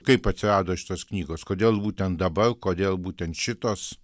kaip atsirado šitos knygos kodėl būtent dabar kodėl būtent šitos